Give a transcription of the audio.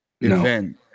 event